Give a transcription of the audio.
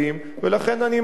ולכן אני מציע,